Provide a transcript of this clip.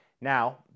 Now